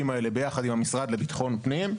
האלה ביחד עם המשרד לביטחון פנים.